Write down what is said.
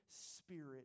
Spirit